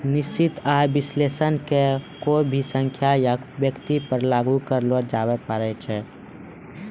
निश्चित आय विश्लेषण के कोय भी संख्या या व्यक्ति पर लागू करलो जाबै पारै छै